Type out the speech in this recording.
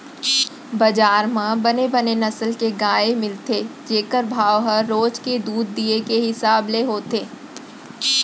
बजार म बने बने नसल के गाय मिलथे जेकर भाव ह रोज के दूद दिये के हिसाब ले होथे